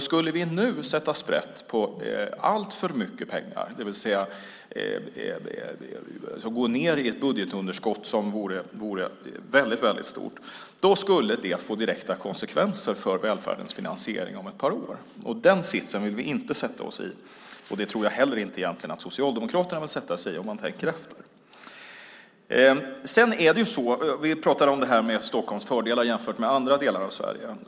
Skulle vi nu sätta sprätt på alltför mycket pengar och gå ned i ett väldigt stort budgetunderskott skulle det få direkta konsekvenser för välfärdens finansiering om ett par år. Den sitsen vill vi inte sätta oss i. Det tror jag heller inte att Socialdemokraterna vill göra om man tänker efter. Vi talade förut om Stockholms fördelar jämfört med andra delar av Sverige.